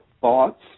thoughts